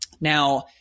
Now